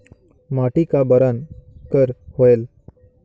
माटी का बरन कर होयल?